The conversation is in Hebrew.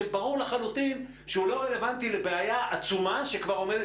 שברור לחלוטין שהוא לא רלוונטי לבעיה עצומה שכבר עומדת,